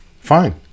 Fine